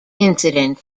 incident